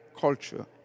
culture